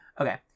Okay